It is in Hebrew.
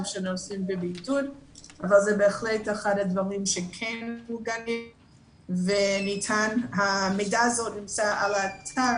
שנכנסים לבידוד בהחלט זה אחד הדברים שכן מעוגנים והמידע הזה נמצא באתר,